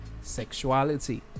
sexuality